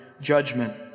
judgment